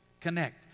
Connect